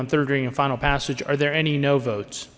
on third ring and final passage are there any no votes